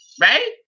right